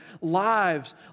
lives